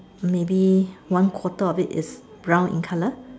maybe one quarter of it is brown in colour